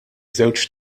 żewġ